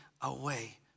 away